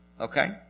okay